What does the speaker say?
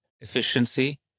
efficiency